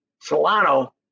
Solano